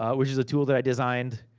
ah which is a tool that i designed,